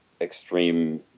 extreme